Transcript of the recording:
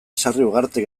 sarriugartek